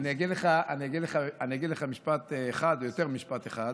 או יותר ממשפט אחד: